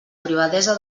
privadesa